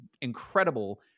incredible